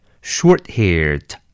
Short-haired